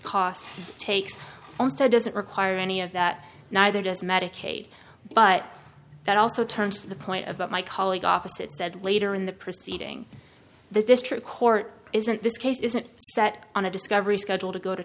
cost takes also doesn't require any of that neither does medicaid but that also turns the point about my colleague office it said later in the preceeding the district court isn't this case isn't set on a discovery schedule to go to